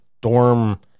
dorm